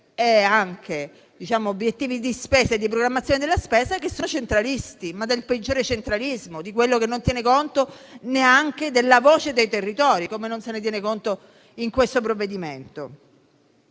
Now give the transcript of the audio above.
e anche obiettivi di spesa e di programmazione della spesa in senso centralista, ma del peggiore centralismo, quello che non tiene conto neanche della voce dei territori, come non se ne tiene conto in questo provvedimento.